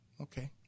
okay